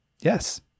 Yes